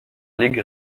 ling